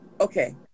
Okay